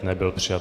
Nebyl přijat.